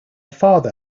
father